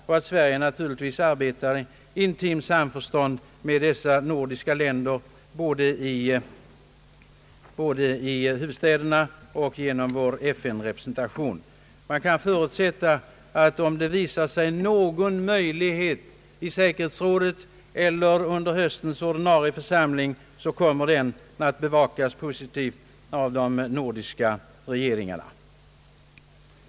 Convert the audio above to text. Sverige arbetar naturligtvis i intimt samförstånd med dessa nordiska länder både i huvudstäderna och genom vår FN-representation. Man kan förutsätta att om det yppar sig möjligheter i säkerhetsrådet eller under höstens ordinarie FN församling kommer de att bevakas positivt av de nordiska regeringarna.